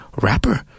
Rapper